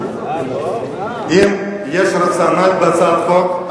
אם יש רצון בהצעת החוק,